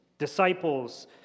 disciples